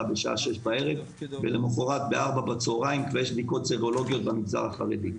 בשעה 18:00 ולמחרת ב-16:00 כבר יש בדיקות סרולוגיות במגזר החרדי.